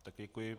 Také děkuji.